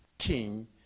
king